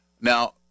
Now